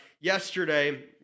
yesterday